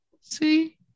see